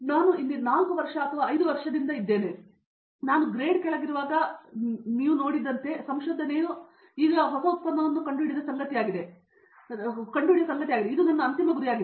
ನಾನು ಇಲ್ಲಿ 4 ವರ್ಷ ಅಥವಾ 5 ವರ್ಷಗಳಂತೆ ಇದ್ದಿದ್ದೇನೆ ಮತ್ತು ನಾನು ಗ್ರೇಡ್ ಕೆಳಗಿರುವಾಗ ನೀವು ನೋಡುವಾಗ ಸಂಶೋಧನೆಯು ಹೊಸ ಉತ್ಪನ್ನವನ್ನು ಕಂಡುಹಿಡಿದ ಸಂಗತಿಯಾಗಿದೆ ಮತ್ತು ಇದು ಅಂತಿಮ ಗುರಿಯಾಗಿದೆ